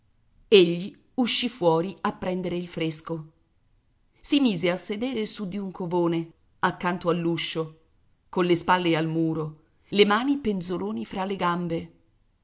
vossignoria egli uscì fuori a prendere il fresco si mise a sedere su di un covone accanto all'uscio colle spalle al muro le mani penzoloni fra le gambe